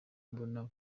mbona